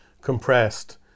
compressed